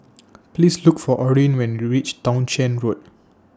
Please Look For Orrin when YOU REACH Townshend Road